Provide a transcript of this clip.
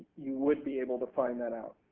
you would be able to find that out